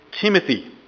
Timothy